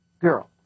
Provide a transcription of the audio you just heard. girl